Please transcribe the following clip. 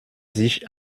sich